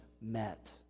met